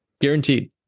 Guaranteed